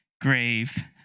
grave